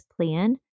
plan